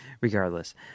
regardless